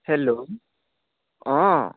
hello অঁ